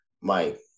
Mike